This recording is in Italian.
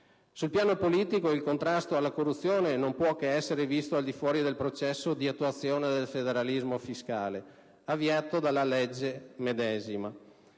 Sul piano politico il contrasto alla corruzione non può essere visto al di fuori del processo di attuazione del federalismo fiscale avviato dalla legge medesima.